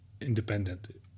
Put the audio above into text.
independent